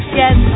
yes